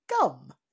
Gum